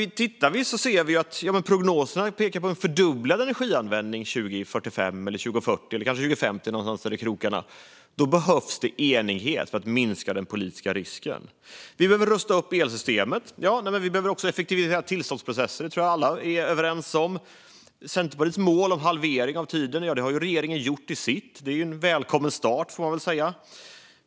Prognoserna pekar på en fördubblad energianvändning till 2045, kanske 2050 eller där någonstans. Då behövs det enighet för att minska den politiska risken. Vi behöver rusta upp elsystemet. Vi behöver också effektivisera tillståndsprocesserna, och det tror jag att alla är överens om. Centerpartiets mål om en halvering av tidsåtgången har regeringen gjort till sitt. Det är en välkommen start, får man väl säga.